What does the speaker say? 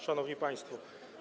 Szanowni Państwo!